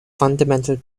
fundamental